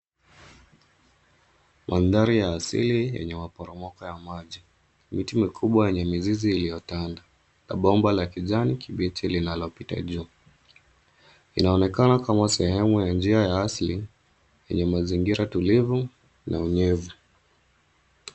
Mandhari ya asili yenye maporomoko ya maji, miti mikubwa yenye mzizi iliyotandaa na bomba la kijani kibichi linalopita juu. Inaonekana kama sehemu ya njia ya asili yenye njia tulivu na unyevu.